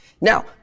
Now